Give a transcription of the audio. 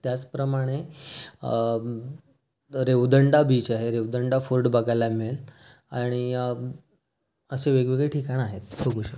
त्याचप्रमाणे रेवदंडा बीच आहे रेवदंडा फोर्ट बघायला मिळेल आणि अशी वेगवेगळी ठिकाणं आहेत बघू शकता